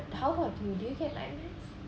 how about you do you get nightmares